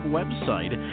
website